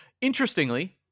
Interestingly